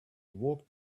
walked